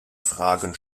fragen